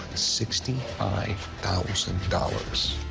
sixty five thousand dollars.